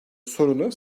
sorunu